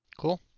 cool